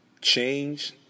change